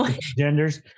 Genders